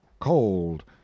cold